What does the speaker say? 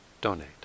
donate